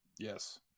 Yes